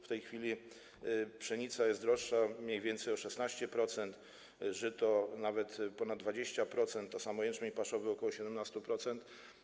W tej chwili pszenica jest droższa mniej więcej o 16%, żyto nawet o ponad 20%, jęczmień paszowy o ok. 17%.